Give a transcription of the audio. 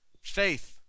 Faith